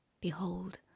Behold